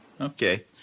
Okay